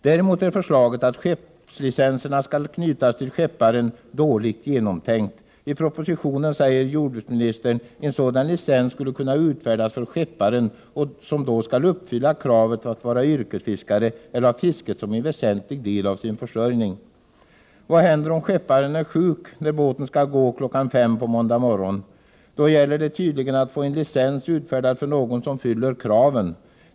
Däremot är förslaget att skeppslicenserna skall knytas till skepparen dåligt genomtänkt. I propositionen säger jordbruksministern: ”En sådan licens skulle kunna utfärdas för skepparen som då skall uppfylla kravet att vara yrkesfiskare eller ha fisket som en väsentlig del av sin försörjning.” Vad händer om skepparen är sjuk när båten skall avgå kl. 5 på måndag morgon? Då gäller det tydligen att få en licens utfärdad för någon som uppfyller kraven.